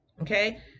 okay